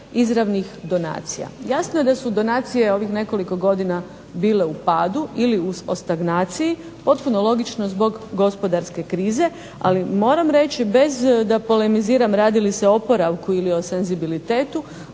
izravnih donacija. Jasno je da su donacije ovih nekoliko godina bile u padu ili u stagnaciji potpuno logično zbog gospodarske krize, ali moram reći bez da polemiziram radi li se o oporavku ili o senzibilitetu